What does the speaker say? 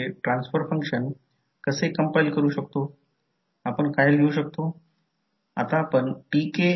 तर mutual voltage म्हणजे M d i1 dt त्यामुळे i1 कॉइल 1 च्या डॉटेड टर्मिनलमध्ये प्रवेश करतो आणि v2 आहे v2 कॉइलच्या डॉटेड टर्मिनलवर पॉझिटिव्ह आहे